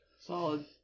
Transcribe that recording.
Solid